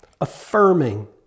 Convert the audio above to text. affirming